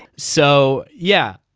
so, yeah.